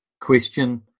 question